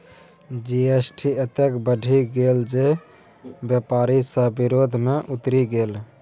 GST ततेक बढ़ि गेल जे बेपारी सभ विरोध मे उतरि गेल